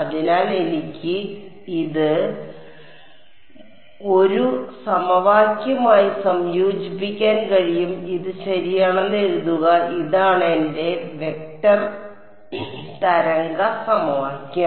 അതിനാൽ എനിക്ക് ഇത് 1 സമവാക്യമായി സംയോജിപ്പിക്കാൻ കഴിയും ഇത് ശരിയാണെന്ന് എഴുതുക ഇതാണ് എന്റെ വെക്റ്റർ തരംഗ സമവാക്യം